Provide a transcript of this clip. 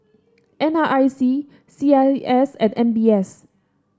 N R I C C I S and M B S